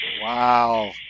Wow